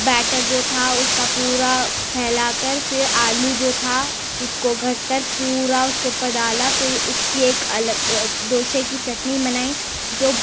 better جو تھا اس کا پورا پھیلا کر پھر آلو جو تھا اس کو گھس کر پورا اس کے اوپر ڈالا پھر اس کی ایک الگ دوشے کی چٹنی بنائی جو